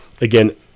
again